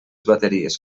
bateries